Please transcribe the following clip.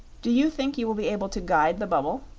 do you think you will be able to guide the bubble?